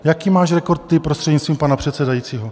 Jaký máš rekord ty, prostřednictvím pana předsedajícího?